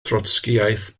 trotscïaeth